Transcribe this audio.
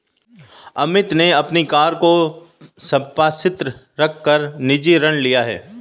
अमित ने अपनी कार को संपार्श्विक रख कर निजी ऋण लिया है